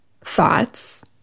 thoughts